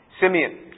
Simeon